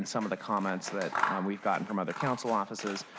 and some of the comments that we've gotten from other council offices,